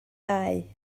dau